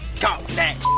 caulk that